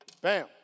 Bam